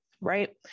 right